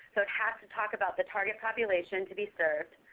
so it has to talk about the target population to be served,